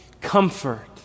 Comfort